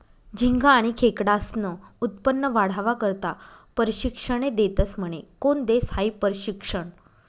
झिंगा आनी खेकडास्नं उत्पन्न वाढावा करता परशिक्षने देतस म्हने? कोन देस हायी परशिक्षन?